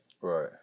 Right